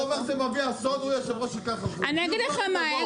אי אגיד לך מה,